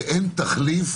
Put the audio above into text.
שאין תחליף